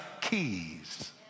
keys